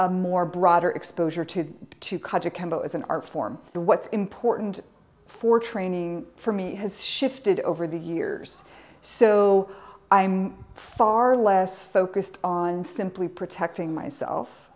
a more broader exposure to two kaja kemo is an art form the what's important for training for me has shifted over the years so i'm far less focused on simply protecting myself